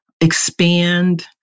expand